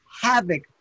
havoc